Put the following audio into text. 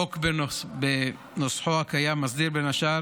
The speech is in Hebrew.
התשפ"ד 2024. החוק בנוסחו הקיים מסדיר בין השאר